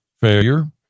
failure